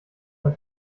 ein